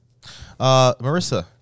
Marissa